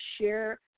share